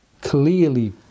clearly